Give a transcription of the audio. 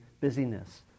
busyness